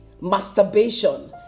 Masturbation